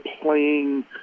playing